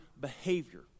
behavior